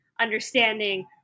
understanding